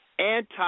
Anti